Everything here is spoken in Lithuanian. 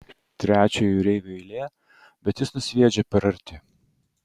trečio jūreivio eilė bet jis nusviedžia per arti